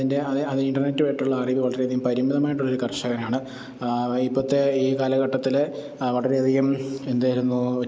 അതിൻ്റെ അത് അത് ഇൻറ്റർനെറ്റുമായിട്ടുള്ള അറിവ് വളരെയധികം പരിമിതമായിട്ടുള്ളൊരു കർഷകനാണ് ഇപ്പോഴത്തെ ഈ കാലഘട്ടത്തിൽ വളരെയധികം എന്തായിരുന്നു